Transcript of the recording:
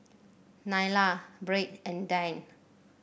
Nylah Byrd and Dayne